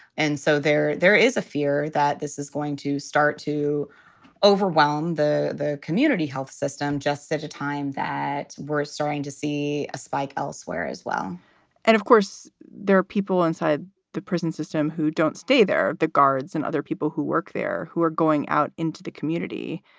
and so there there is a fear that this is going to start to overwhelm the the community health system. just set a time that we're starting to see a spike elsewhere as well and of course, there are people inside the prison system who don't stay there, the guards and other people who work there who are going out into the community.